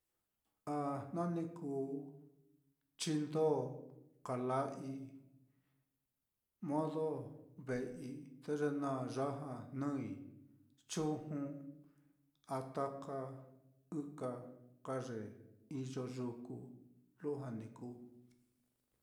A jna ni kuu chindoo kala'ai modo ve'ei, te ye naá ya já jnɨi, chuju, a taka ikaka ye iyo yuku, lujua ni kuu.